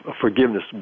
forgiveness